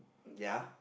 ya